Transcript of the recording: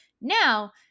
Now